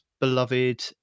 Beloved